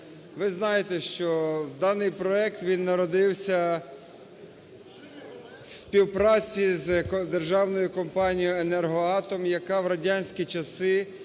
Ви знаєте, що даний проект, він народився в співпраці з Державною компанією "Енергоатом", яка в радянські часи,